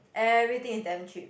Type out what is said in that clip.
everything is damn cheap